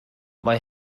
mae